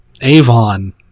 Avon